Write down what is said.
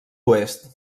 oest